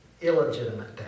illegitimate